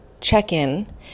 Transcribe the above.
check-in